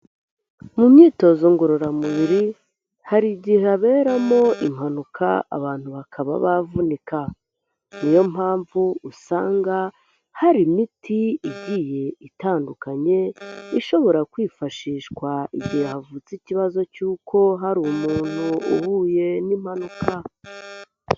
Mu myitozo ngororamubiri hari igihe haberamo impanuka abantu bakaba bavunika, niyo mpamvu usanga hari imiti igiye itandukanye ishobora kwifashishwa igihe havutse ikibazo cy'uko hari umuntu uhuye n'impanuka.